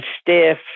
stiff